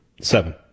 Seven